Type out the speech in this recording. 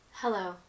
Hello